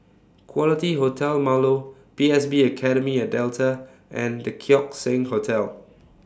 Quality Hotel Marlow P S B Academy At Delta and The Keong Saik Hotel